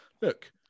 look